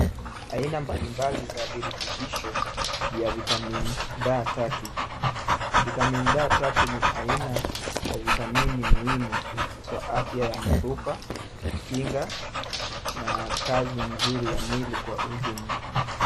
Aina mbalimbali za virutubisho vya Vitamin D3. Vitamin D3 ni aina ya vitamini muhimu kwa afya ya mifupa, kinga na kazi nzuri ya mwili kwa ujumla.